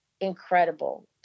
incredible